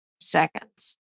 seconds